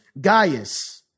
gaius